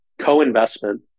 co-investment